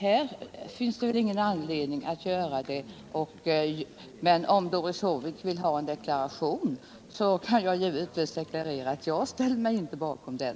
Här finns väl ingen anledning till det, men om Doris Håvik vill ha en deklaration kan jag givetvis understryka att jag inte ställer mig bakom den.